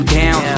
down